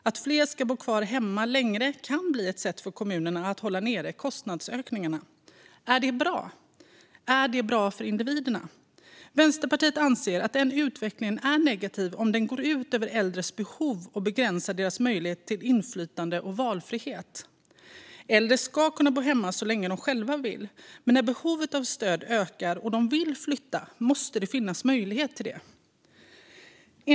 Att fler ska bo kvar hemma längre kan bli ett sätt för kommunerna att hålla nere kostnadsökningarna. Är det bra? Är det bra för individerna? Vänsterpartiet anser att utvecklingen är negativ om den går ut över de äldres behov och begränsar deras möjligheter till inflytande och valfrihet. Äldre ska kunna bo hemma så länge de själva vill, men när behovet av stöd ökar och de vill flytta måste det finnas möjlighet till det.